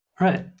right